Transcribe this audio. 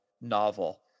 novel